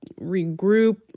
regroup